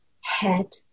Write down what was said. head